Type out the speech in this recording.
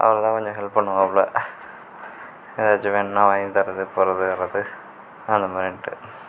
அவர் தான் கொஞ்சம் ஹெல்ப் பண்ணுவாப்லை ஏதாச்சும் வேணும்னா வாங்கி தர்றது போவது வர்றது அந்த மாதிரின்ட்டு